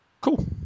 Cool